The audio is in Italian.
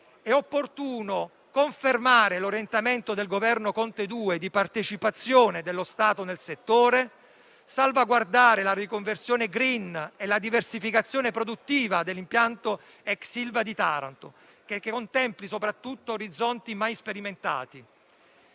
è opportuno confermare l'orientamento del Governo Conte II di partecipazione dello Stato nel settore, salvaguardare la riconversione *green* e la diversificazione produttiva dell'impianto ex Ilva di Taranto che contempli soprattutto orizzonti mai sperimentati.